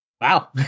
Wow